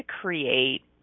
create